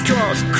Cause